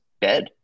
bed